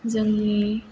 जोंनि